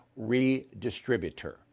redistributor